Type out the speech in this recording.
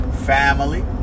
family